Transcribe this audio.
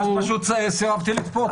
אז סירבתי לצפות.